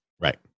Right